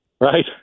right